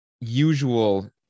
usual